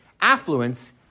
affluence